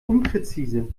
unpräzise